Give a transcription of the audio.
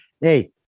hey